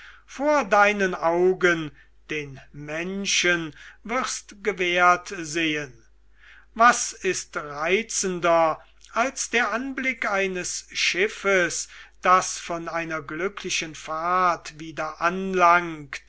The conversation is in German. vor deinen augen den menschen wirst gewährt sehen was ist reizender als der anblick eines schiffes das von einer glücklichen fahrt wieder anlangt